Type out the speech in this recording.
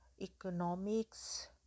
economics